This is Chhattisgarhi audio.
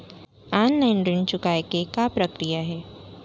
ऑनलाइन ऋण चुकोय के का प्रक्रिया हे?